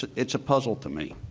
it's a puzzle to me.